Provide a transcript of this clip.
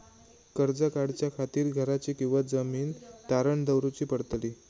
कर्ज काढच्या खातीर घराची किंवा जमीन तारण दवरूची पडतली?